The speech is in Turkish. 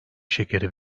şekeri